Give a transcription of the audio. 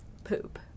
Poop